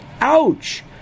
Ouch